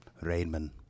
Raymond